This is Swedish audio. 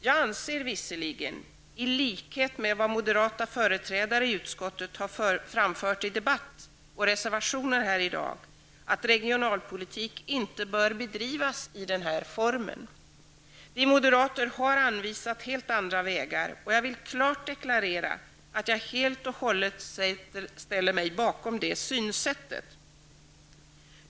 Jag anser visserligen -- i likhet med vad moderata företrädare i utskottet har framfört i debatten i dag och i reservationer -- att regionalpolitik inte bör bedrivas i denna form. Vi moderater har anvisat helt andra vägar, och jag vill klart deklarera att jag helt och hållet ställer mig bakom det synsättet.